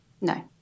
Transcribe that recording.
No